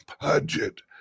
budget